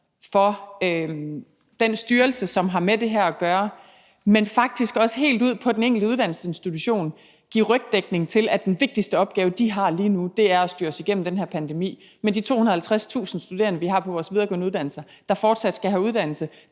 for, den styrelse, som har med det her at gøre, men faktisk også helt ud på den enkelte uddannelsesinstitution giver rygdækning i forhold til at sige, at den vigtigste opgave, de har lige nu, er at styre os igennem den her pandemi med de 250.000 studerende, vi har på vores videregående uddannelser, der fortsat skal have uddannelse,